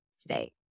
today